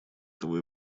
того